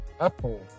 Apple